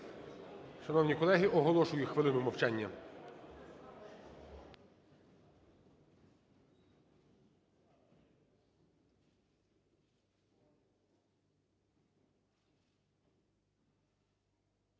Шановні колеги, оголошую хвилину мовчання.